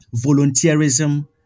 volunteerism